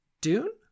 Dune